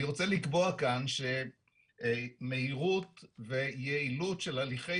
אני רוצה לקבוע כאן שמהירות ויעילות של הליכי